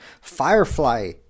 Firefly